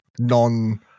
non